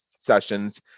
sessions